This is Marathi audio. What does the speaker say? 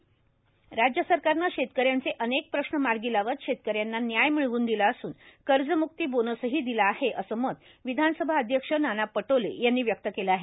नाना पटोले राज्य सरकारनं शेतकऱ्यांचे अनेक प्रश्न मार्गी लावत शेतकऱ्यांना न्याय मिळव्न दिला असून कर्जमुक्ति बोनसही दिला आहे असं मत विधानसभा अध्यक्ष नाना पटोले यांनी व्यक्त केलं आहे